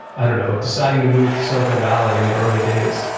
i don't know, deciding to move to silicon valley in the early days.